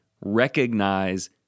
recognize